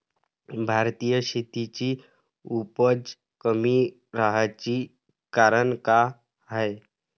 भारतीय शेतीची उपज कमी राहाची कारन का हाय?